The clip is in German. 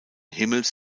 himmels